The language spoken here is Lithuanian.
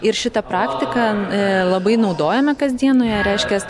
ir šitą praktiką labai naudojame kasdieną reiškias